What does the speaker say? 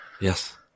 yes